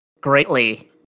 greatly